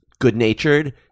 good-natured